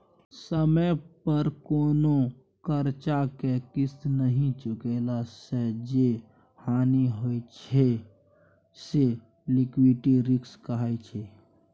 समय पर कोनो करजा केँ किस्त नहि चुकेला सँ जे हानि होइ छै से लिक्विडिटी रिस्क कहाइ छै